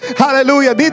Hallelujah